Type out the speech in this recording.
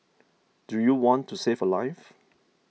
do you want to save a life